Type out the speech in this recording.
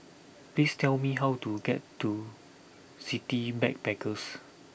please tell me how to get to City Backpackers